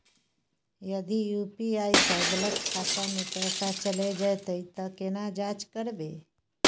यदि यु.पी.आई स गलत खाता मे पैसा चैल जेतै त केना जाँच करबे?